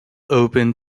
open